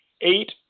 eight